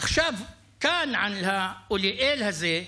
עכשיו, כאן, על האוליאל הזה,